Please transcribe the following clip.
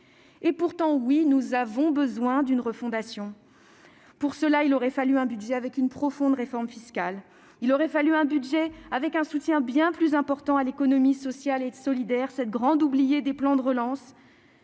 Et pourtant, oui, nous avons besoin d'une refondation ! Pour cela, il aurait fallu un budget assorti d'une profonde réforme fiscale. Il aurait fallu un budget apportant un soutien bien plus important à l'économie sociale et solidaire, cette grande oubliée des plans de relance.